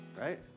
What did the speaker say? Right